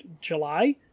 July